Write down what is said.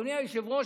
אדוני היושב-ראש,